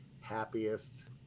happiest